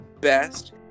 best